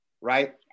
right